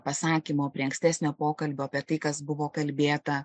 pasakymo prie ankstesnio pokalbio apie tai kas buvo kalbėta